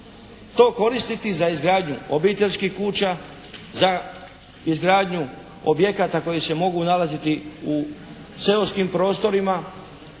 to koristiti za izgradnju obiteljskih kuća, za izgradnju objekata koji se mogu nalaziti u seoskim prostorima,